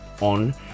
on